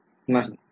नाही बरोबर